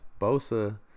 Bosa